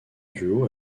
duo